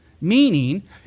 Meaning